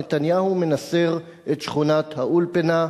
נתניהו מנסר את שכונת-האולפנה.